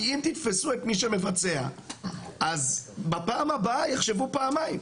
כי אם תתפסו את מי שמבצע אז בפעם הבאה יחשבו פעמיים.